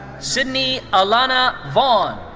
sidni alanna vaughn.